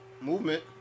Movement